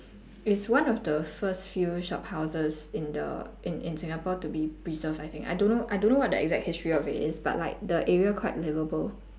it's one of the first few shophouses in the in in Singapore to be preserved I think I don't I don't know what the exact history of it is but like the area quite livable